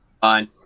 fine